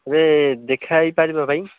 ଏବେ ଦେଖା ହୋଇପାରିବ ଭାଇ